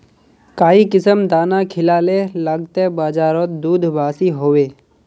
काई किसम दाना खिलाले लगते बजारोत दूध बासी होवे?